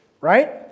right